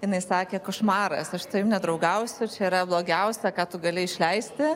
jinai sakė košmaras aš su tavimi nedraugausiu čia yra blogiausia ką tu gali išleisti